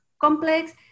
complex